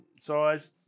size